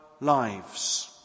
lives